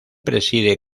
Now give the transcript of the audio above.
preside